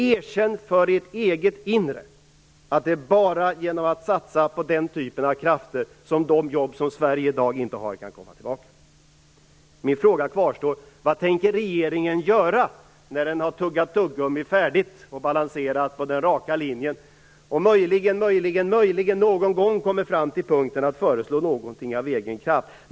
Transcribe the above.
Erkänn för ert eget inre att det bara är genom att satsa på den typen av krafter som de jobb Sverige i dag inte har kan komma tillbaka. Min fråga kvarstår. Vad tänker regeringen göra när den är färdig med att tugga tuggummi och balansera på den raka linjen, och möjligen någon gång kommer fram till en punkt där man föreslår någonting av egen kraft?